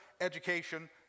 education